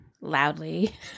loudly